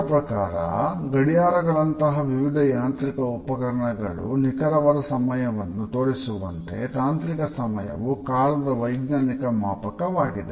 ಅವರ ಪ್ರಕಾರ ಗಡಿಯಾರಗಳಂತಹ ವಿವಿಧ ಯಾಂತ್ರಿಕ ಉಪಕರಣಗಳು ನಿಖರವಾದ ಸಮಯವನ್ನು ತೋರಿಸುವಂತೆ ತಾಂತ್ರಿಕ ಸಮಯವು ಕಾಲದ ವೈಜ್ಞಾನಿಕ ಮಾಪಕವಾಗಿದೆ